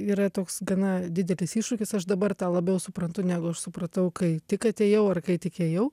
yra toks gana didelis iššūkis aš dabar tą labiau suprantu negu aš supratau kai tik atėjau ar kai tik įėjau